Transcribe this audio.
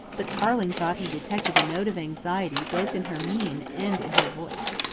but tarling thought he detected a note of anxiety both in her mien and in her voice.